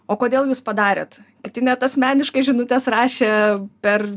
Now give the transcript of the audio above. o kodėl jūs padarėt kiti net asmeniškai žinutes rašė per